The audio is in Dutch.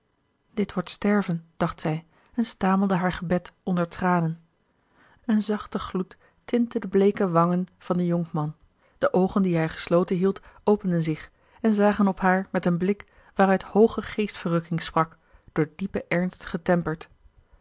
dit wordt sterven dacht zij en stamelde haar gebed onder tranen a l g bosboom-toussaint de delftsche wonderdokter eel en zachte gloed tintte de bleeke wangen van den jonkman de oogen die hij gesloten hield openden zich en zagen op haar met een blik waaruit hooge geestverrukking sprak door diepen ernst getemperd